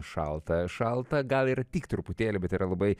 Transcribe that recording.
šalta šalta gal ir tik truputėlį bet yra labai